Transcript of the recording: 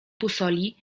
busoli